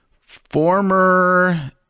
Former